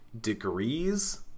degrees